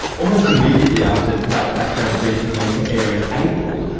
almost immediately after that background briefing went to air in april,